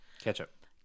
ketchup